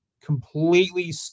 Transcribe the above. completely